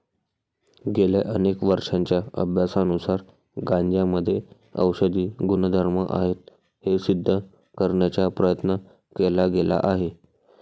गेल्या अनेक वर्षांच्या अभ्यासानुसार गांजामध्ये औषधी गुणधर्म आहेत हे सिद्ध करण्याचा प्रयत्न केला गेला आहे